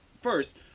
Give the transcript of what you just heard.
first